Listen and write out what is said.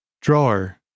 Drawer